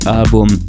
album